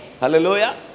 Hallelujah